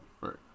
Right